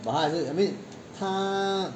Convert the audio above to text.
but 他还是 I mean 他